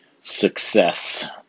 success